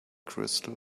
crystal